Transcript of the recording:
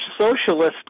socialist